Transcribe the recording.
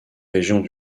régions